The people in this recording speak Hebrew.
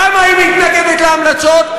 למה היא מתנגדת להמלצות?